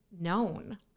known